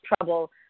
trouble